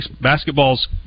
basketball's